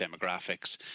demographics